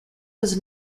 was